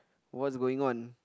what's going on